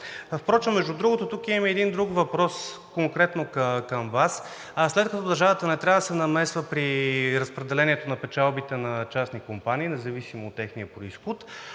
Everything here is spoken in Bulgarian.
каквито са горивата. Тук има и един друг въпрос конкретно към Вас. След като държавата не трябва да се намесва при разпределението на печалбите на частни компании, независимо от техния произход,